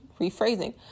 Rephrasing